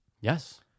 Yes